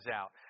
out